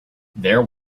there